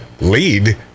Lead